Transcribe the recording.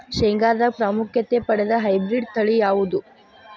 ಶೇಂಗಾದಾಗ ಪ್ರಾಮುಖ್ಯತೆ ಪಡೆದ ಹೈಬ್ರಿಡ್ ತಳಿ ಯಾವುದು?